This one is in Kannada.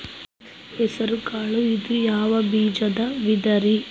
ಹೆಸರುಕಾಳು ಇದು ಯಾವ ಬೇಜದ ವಿಧರಿ?